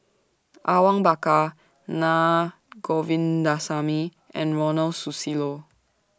Awang Bakar Naa Govindasamy and Ronald Susilo